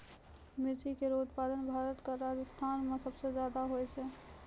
मिर्ची केरो उत्पादन भारत क राजस्थान म सबसे जादा होय छै